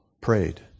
prayed